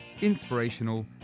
inspirational